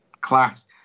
class